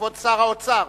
כבוד שר האוצר,